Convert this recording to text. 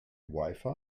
wifi